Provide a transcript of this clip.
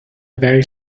very